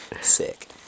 sick